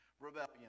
Rebellion